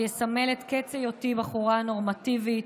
ויסמל את קץ היותי בחורה נורמטיבית,